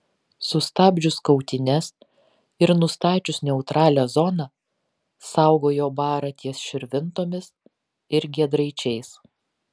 sustabdžius kautynes ir nustačius neutralią zoną saugojo barą ties širvintomis ir giedraičiais